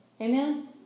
Amen